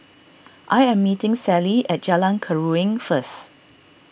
I am meeting Celie at Jalan Keruing first